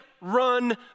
run